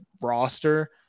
roster